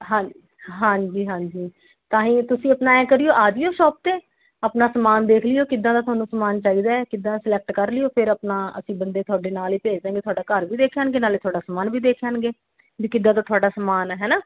ਹਾਂ ਹਾਂਜੀ ਹਾਂਜੀ ਤਾਹੀਂ ਤੁਸੀਂ ਆਪਣਾ ਐਂ ਕਰਿਓ ਆ ਜਿਓ ਸ਼ੋਪ 'ਤੇ ਆਪਣਾ ਸਮਾਨ ਦੇਖ ਲਿਓ ਕਿੱਦਾਂ ਦਾ ਤੁਹਾਨੂੰ ਚਾਹੀਦਾ ਹੈ ਕਿੱਦਾਂ ਸਿਲੈਕਟ ਕਰ ਲਿਓ ਫਿਰ ਆਪਣਾ ਅਸੀਂ ਬੰਦੇ ਤੁਹਾਡੇ ਨਾਲ ਹੀ ਭੇਜ ਦਾਂਗੇ ਤੁਹਾਡਾ ਘਰ ਵੀ ਦੇਖ ਆਉਣਗੇ ਨਾਲੇ ਤੁਹਾਡਾ ਸਮਾਨ ਵੀ ਦੇਖ ਆਉਣਗੇ ਵੀ ਕਿੱਦਾਂ ਦਾ ਤੁਹਾਡਾ ਸਮਾਨ ਹੈ ਹੈ ਨਾ